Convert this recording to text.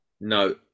No